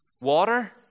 Water